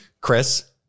Chris